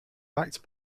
backed